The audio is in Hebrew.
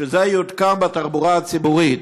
שזה יותקן בתחבורה הציבורית.